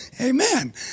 amen